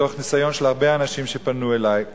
מתוך ניסיון של הרבה אנשים שפנו אלי.